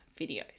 videos